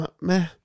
meh